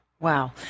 Wow